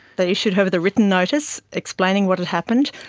they issued her with a written notice explaining what had happened.